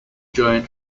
joined